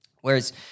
Whereas –